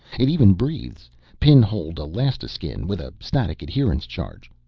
it even breathes pinholed elastiskin with a static adherence-charge.